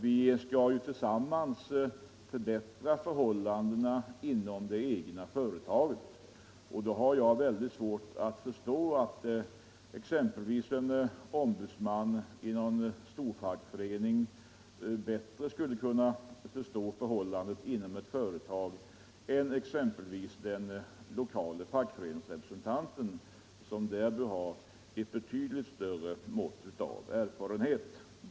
De skall ju tillsammans förbättra förhållandena inom det egna företaget, och då har jag mycket svårt att förstå att exempelvis en ombudsman i en facklig storavdelning bättre skulle kunna förstå förhållandet inom ett företag än exempelvis den lokale fackföreningsrepresentanten, som därvidlag bör ha ett betydligt större mått av erfarenhet.